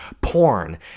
porn